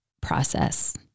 process